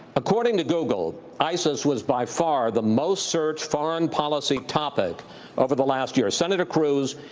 according to google, isis was by far the most searched foreign policy topic over the last year. senator cruz,